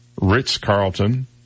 Ritz-Carlton